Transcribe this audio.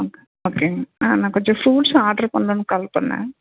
ம் ஓகேங்க நான் கொஞ்சம் ஃப்ரூட்ஸ்லாம் ஆர்டர் பண்ணலான்னு கால் பண்ணன்